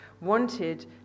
Wanted